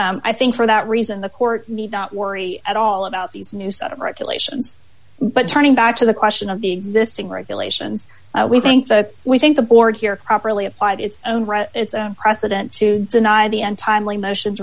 i think for that reason the court need not worry at all about these new set of regulations but turning back to the question of the existing regulations we think that we think the board here properly applied its own right it's a precedent to deny the untimely motion